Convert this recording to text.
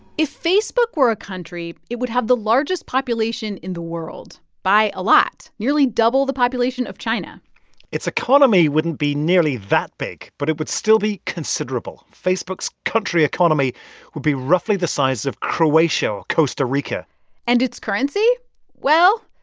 if facebook were a country, it would have the largest population in the world by a lot, nearly double the population of china its economy wouldn't be nearly that big, but it would still be considerable. facebook's country economy would be roughly the size of croatia or costa rica and its currency well,